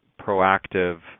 proactive